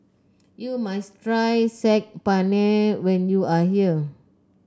you must try Saag Paneer when you are here